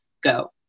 go